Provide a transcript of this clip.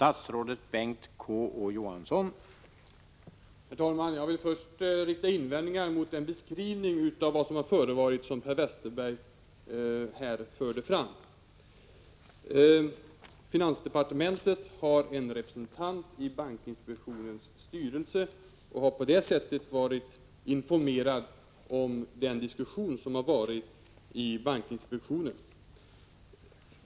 Herr talman! Jag vill först rikta invändningar mot Per Westerbergs beskrivning av vad som har förevarit. Finansdepartementet har en representant i bankinspektionens styrelse och har på det sättet varit informerad om den diskussion som har förts i bankinspektionen.